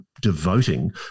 devoting